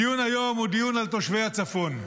הדיון היום הוא דיון על תושבי הצפון,